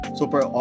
super